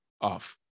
off